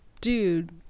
dude